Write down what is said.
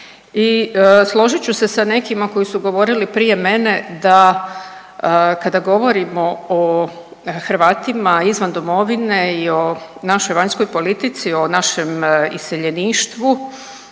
i složit ću se sa nekima koji su govorili prije mene da kada govorimo o Hrvatima izvan domovine i o našoj vanjskoj politici, o našem iseljeništvu